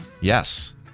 Yes